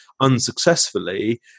unsuccessfully